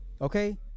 Okay